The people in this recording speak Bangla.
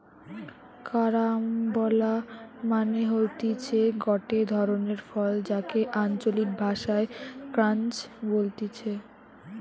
কারাম্বলা মানে হতিছে গটে ধরণের ফল যাকে আঞ্চলিক ভাষায় ক্রাঞ্চ বলতিছে